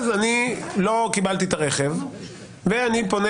אז אני לא קיבלתי את הרכב ואני פונה